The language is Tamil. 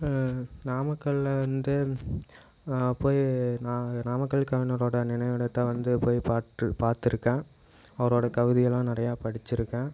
நாமக்கலில் வந்து போய் நான் நாமக்கல் கவிஞரோட நினைவிடத்தை போய் பாட்டு பார்த்துருக்கேன் அவரோட கவிதையெல்லாம் நிறையா படிச்சுருக்கன்